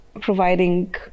providing